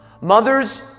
Mothers